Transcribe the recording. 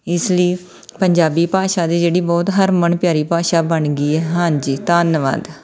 ਇਸ ਲਈ ਪੰਜਾਬੀ ਭਾਸ਼ਾ ਦੀ ਜਿਹੜੀ ਬਹੁਤ ਹਰਮਨ ਪਿਆਰੀ ਭਾਸ਼ਾ ਬਣ ਗਈ ਹੈ ਹਾਂਜੀ ਧੰਨਵਾਦ